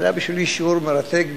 זה היה בשבילי שיעור מרתק בבגרות,